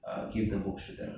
uh give the books to them